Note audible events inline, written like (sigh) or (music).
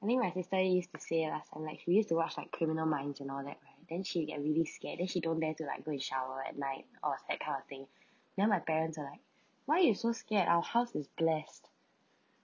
I think my sister used to say last time like she used to watch like criminal minds and all that right then she get really scared then she don't dare to like go and shower at night or that kind of thing (breath) then my parents are like why you so scared our house is blessed